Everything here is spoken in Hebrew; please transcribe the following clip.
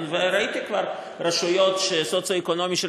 וראיתי כבר רשויות שהמצב הסוציו-אקונומי של